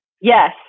Yes